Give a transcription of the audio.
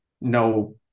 no